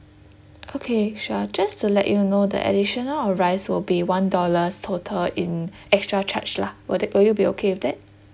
okay sure just to let you know the additional of rice will be one dollars total in extra charge lah will that will you be okay with that